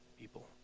people